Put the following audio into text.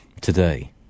today